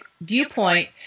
viewpoint